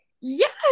Yes